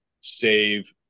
save